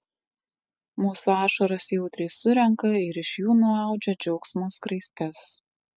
mūsų ašaras jautriai surenka ir iš jų nuaudžia džiaugsmo skraistes